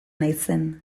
naizen